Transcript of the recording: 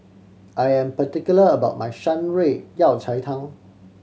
I am particular about my Shan Rui Yao Cai Tang